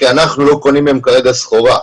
כי אנחנו לא קונים מהם כרגע סחורה,